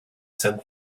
sent